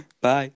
bye